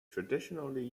traditionally